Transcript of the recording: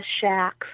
shacks